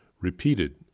repeated